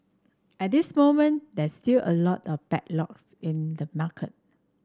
at this moment there's still a lot of backlog in the market